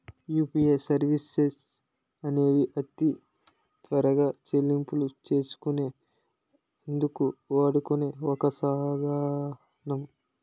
UPI services అనేవి అతి త్వరగా చెల్లింపులు చేసుకునే అందుకు వాడుకునే ఒక సాధనం